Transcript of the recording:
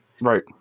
right